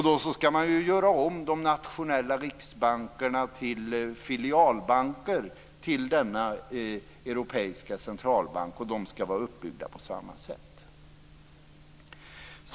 Då skall man göra om de nationella riksbankerna till filialbanker till denna europeiska centralbank, och de skall vara uppbyggda på samma sätt.